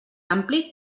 ampli